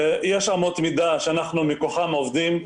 יש אמות מידה שאנחנו מכוחם עובדים.